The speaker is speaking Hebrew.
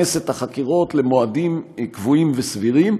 את החקירות למועדים קבועים וסבירים,